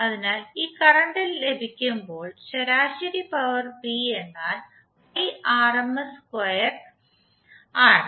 അതിനാൽ ഈ കറന്റ് ലഭിക്കുമ്പോൾ ശരാശരി പവർ P എന്നാൽ R ആണ്